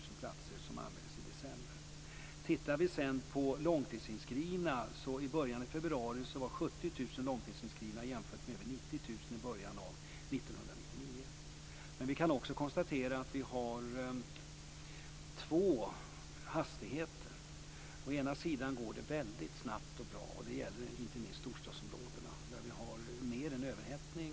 Tittar vi sedan på antalet långtidsinskrivna så var 70 000 långtidsinskrivna i början av februari jämfört med över 90 000 i början av 1999. Men vi kan också konstatera att vi har två hastigheter. Å ena sidan går det väldigt snabbt och bra, och det gäller inte minst storstadsområdena där vi har överhettning.